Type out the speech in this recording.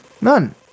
None